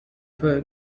for